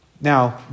Now